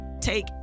take